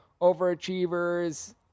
overachievers